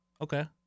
Okay